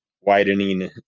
widening